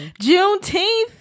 Juneteenth